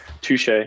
touche